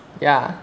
yeah